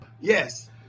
yes